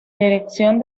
dirección